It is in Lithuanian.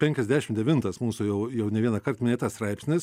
penkiasdešim devintas mūsų jau jau ne vienąkart minėtas straipsnis